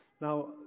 Now